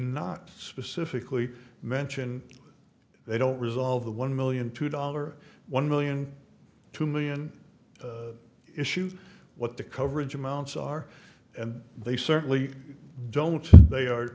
not specifically mention they don't resolve the one million two dollar one million two million issues what the coverage amounts are and they certainly don't they are